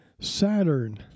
Saturn